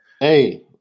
Hey